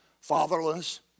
fatherless